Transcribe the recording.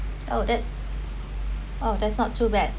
oh that's oh that's not too bad